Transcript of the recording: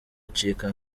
acika